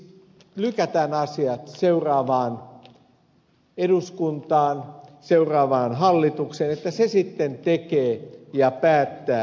siis lykätään asiat seuraavaan eduskuntaan seuraavaan hallitukseen että se sitten tekee ja päättää